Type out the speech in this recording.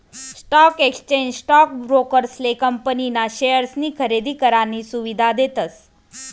stock exchange stock ब्रोकरेसले company ना शेअर्सनी खरेदी करानी सुविधा देतस